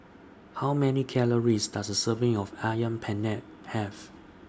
How Many Calories Does A Serving of Ayam Penyet Have